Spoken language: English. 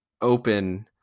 open